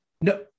no